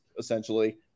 essentially